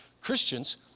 Christians